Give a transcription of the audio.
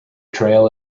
trail